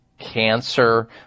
cancer